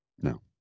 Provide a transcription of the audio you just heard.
No